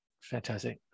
Fantastic